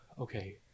okay